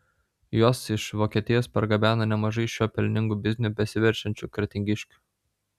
juos iš vokietijos pargabena nemažai šiuo pelningu bizniu besiverčiančių kretingiškių